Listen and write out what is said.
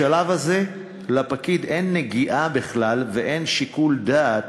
בשלב הזה לפקיד אין נגיעה בכלל ואין שיקול דעת